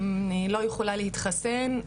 היא לא יכולה להתחסן,